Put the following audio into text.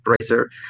bracer